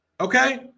Okay